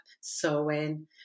sewing